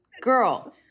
girl